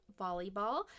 volleyball